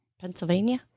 Pennsylvania